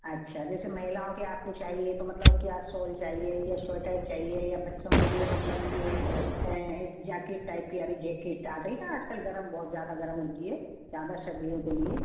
अच्छा जैसे महिलाओं के आपको चाहिए तो मतलब क्या सॉल चाहिए या स्वेटर चाहिए या बच्चों के लिए मतलब ये जैकेट टाइप की आ रही जेकिट आ गई ना आज कल गर्म बहुत ज़्यादा गर्म होती है ज़्यादा सर्दियों के लिए